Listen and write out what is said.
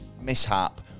mishap